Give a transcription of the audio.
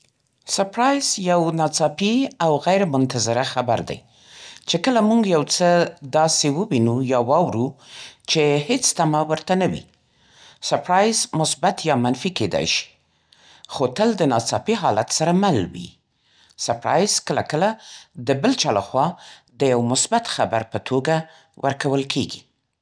سپرایز یو ناڅاپي او غیرمنتظره خبر دی، چې کله موږ یو څه داسې ووینو یا واورو چې هیڅ تمه ورته نه وي. سپرایز مثبت یا منفي کیدای شي، خو تل د ناڅاپي حالت سره مل وي. سپرایز کله کله د بل چا لخوا د یوه مثبت خبر په توګه ورکول کېږي.